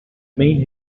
mean